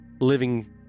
living